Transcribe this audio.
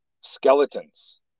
skeletons